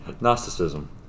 Gnosticism